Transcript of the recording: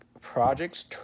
projects